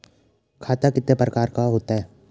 खाता कितने प्रकार का होता है?